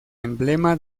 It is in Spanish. emblema